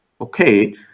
Okay